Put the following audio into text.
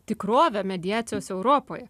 tikrovę mediacijos europoje